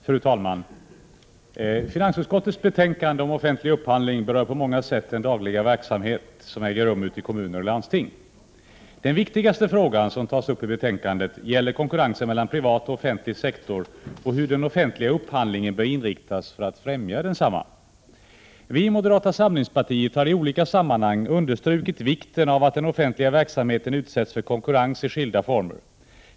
Fru talman! Finansutskottets betänkande om offentlig upphandling berör på många sätt den dagliga verksamhet som äger rum ute i kommuner och landsting. Den viktigaste frågan som tas upp i betänkandet gäller konkurrensen mellan privat och offentlig sektor och hur den offentliga upphandlingen bör inriktas för att främja densamma. Vi i moderata samlingspartiet har i olika sammanhang understrukit vikten av att den offentliga verksamheten utsätts för konkurrens i skilda former.